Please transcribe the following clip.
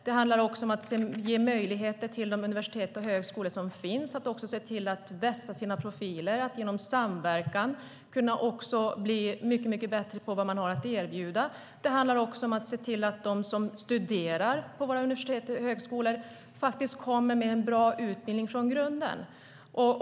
Det handlar om att ge möjligheter till de universitet och högskolor som finns att vässa sina profiler och genom samverkan kunna bli mycket bättre på vad man har att erbjuda. Det handlar också om att se till att de som studerar på våra universitet och högskolor kommer med en bra utbildning från grunden.